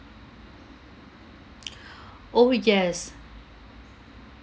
orh yes